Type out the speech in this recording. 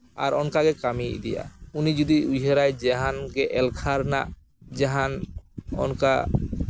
ᱟᱨ ᱚᱱᱠᱟᱜᱮ ᱠᱟᱹᱢᱤ ᱤᱫᱤᱜᱼᱟ ᱩᱱᱤ ᱡᱩᱫᱤ ᱩᱭᱦᱟᱹᱨᱟᱭ ᱡᱟᱦᱟᱱ ᱮᱞᱠᱷᱟ ᱨᱮᱱᱟᱜ ᱡᱟᱦᱟᱱ ᱚᱱᱠᱟ